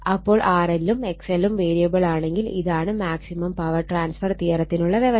അപ്പോൾ RL ഉം XL ഉം വേരിയബിൾ ആണെങ്കിൽ ഇതാണ് മാക്സിമം പവർ ട്രാൻസ്ഫർ തിയറത്തിനുള്ള വ്യവസ്ഥ